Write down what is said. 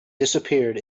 disappeared